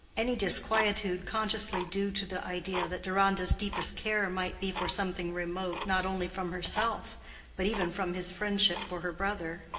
any disquietude consciously due to the idea that deronda's deepest care might be for something remote not only from herself but even from his friendship for her brother,